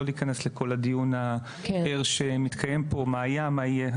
להיכנס לכל הדיון הער שמתקיים פה על מה היה ומה יהיה.